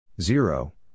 Zero